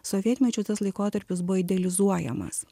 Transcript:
sovietmečiu tas laikotarpis buvo idealizuojamas